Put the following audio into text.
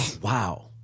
wow